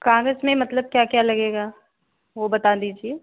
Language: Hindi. कागज़ में मतलब क्या क्या लगेगा वह बता दीजिए